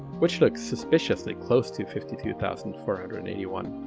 which looks suspiciously close to fifty two thousand four hundred and eighty one.